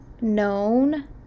known